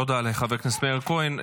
תודה לחבר הכנסת מאיר כהן.